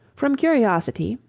from curiosity,